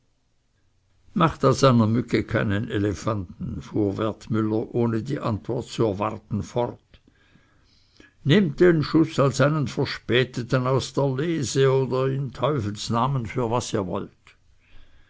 macht aus einer mücke keinen elefanten fuhr wertmüller ohne die antwort zu erwarten fort nehmt den schuß als einen verspäteten aus der lese oder in teufels namen für was ihr wollt